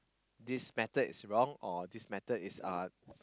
this method is wrong or this method is uh